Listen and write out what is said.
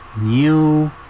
new